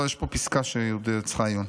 לא, יש פה פסקה שהיא עוד צריכה עיון.